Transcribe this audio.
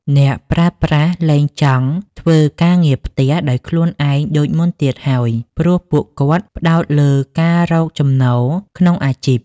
អ្នកប្រើប្រាស់លែងចង់ធ្វើការងារផ្ទះដោយខ្លួនឯងដូចមុនទៀតហើយ ព្រោះពួកគាត់ផ្ដោតលើការរកចំណូលក្នុងអាជីព។